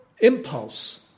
impulse